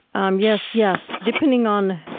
um yes, yes, depending on